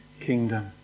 kingdom